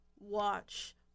watch